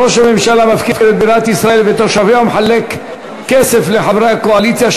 ראש הממשלה מפקיר את בירת ישראל ואת תושביה ומחלק כסף לחברי הקואליציה,